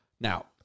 Now